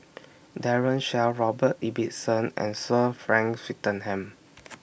Daren Shiau Robert Ibbetson and Sir Frank Swettenham